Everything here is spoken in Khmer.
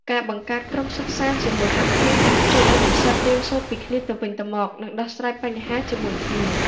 ការបង្កើតក្រុមសិក្សាជាមួយមិត្តភ័ក្តិអាចជួយឲ្យនិស្សិតរៀនសូត្រពីគ្នាទៅវិញទៅមក និងដោះស្រាយបញ្ហាជាមួយគ្នា។